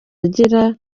agira